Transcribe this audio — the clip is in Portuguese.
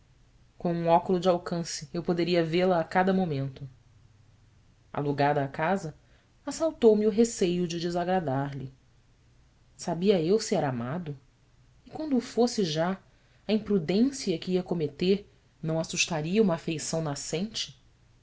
um óculo de alcance eu poderia vê-la a cada momento alugada a casa assaltou-me o receio de desagradar lhe sabia eu se era amado e quando o fosse já a imprudência que ia cometer não assustaria uma afeição nascente